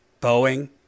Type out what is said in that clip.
Boeing